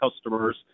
customers